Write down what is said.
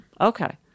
Okay